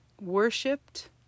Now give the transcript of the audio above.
worshipped